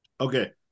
Okay